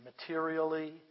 materially